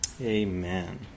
amen